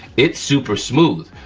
it's super smooth.